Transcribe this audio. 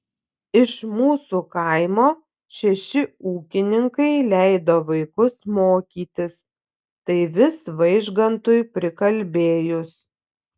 iš mūsų kaimo šeši ūkininkai leido vaikus mokytis tai vis vaižgantui prikalbėjus